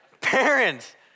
Parents